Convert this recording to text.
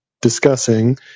discussing